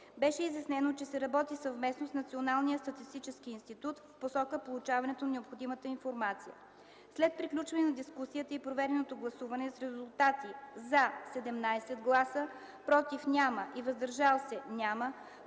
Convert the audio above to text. Беше изяснено, че се работи съвместно с Националния статистически институт в посока получаването на необходимата информация. След приключване на дискусията и проведено гласуване с резултати: „за” - 17 гласа, „против” и „въздържали се” – няма,